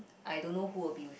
I don't know who will be with